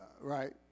right